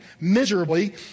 miserably